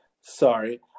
Sorry